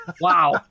Wow